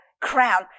crown